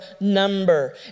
number